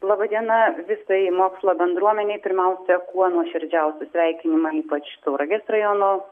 laba diena visai mokslo bendruomenei pirmiausia kuo nuoširdžiausi sveikinimai ypač tauragės rajono